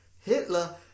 Hitler